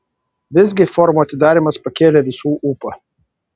visgi forumo atidarymas pakėlė visų ūpą